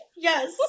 Yes